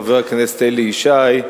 חבר כנסת אלי ישי,